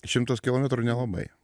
šimtas kilometrų nelabai